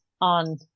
on